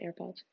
airpods